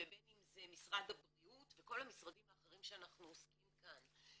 ובין אם זה משרד הבריאות וכל המשרדים האחרים שאנחנו עוסקים כאן,